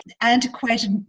antiquated